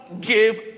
give